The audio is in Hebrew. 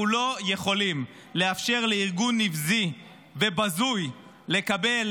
אנחנו לא יכולים לאפשר לארגון נבזי ובזוי לקבל